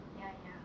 ya